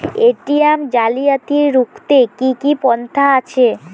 ATM জালিয়াতি রুখতে কি কি পন্থা আছে?